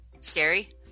scary